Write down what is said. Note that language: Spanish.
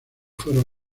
fueron